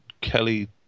Kelly